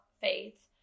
faith